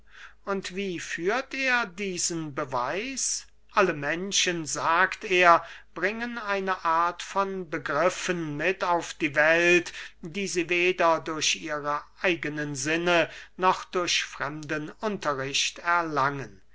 und wie führt er diesen beweis alle menschen sagt er bringen eine art von begriffen mit auf die welt die sie weder durch ihre eigenen sinne noch durch fremden unterricht erlangen